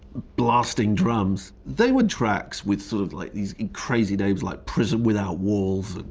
blasting drums. they were tracks with sort of, like, these crazy names like prison without walls,